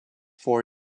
four